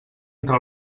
entre